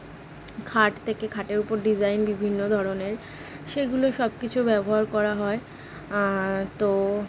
খাট থেকে খাটের ওপর ডিসাইন বিভিন্ন ধরনের সেগুলো সব কিছু ব্যবহার করা হয় তো